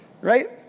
right